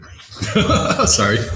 Sorry